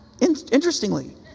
interestingly